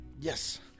Yes